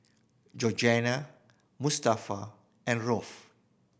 Georgine Mustafa and Rolf